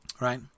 right